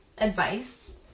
Advice